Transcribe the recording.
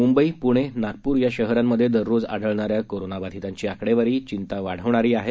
मुंबई पुणे नागपूर या शहरांमधे दररोज आढळणाऱ्या कोरोनाबाधितांची आकडेवारी चिंता वाढवणारी आहे